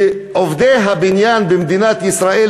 עובדי הבניין במדינת ישראל,